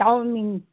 chowmein